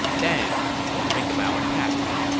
then we can think about attacking.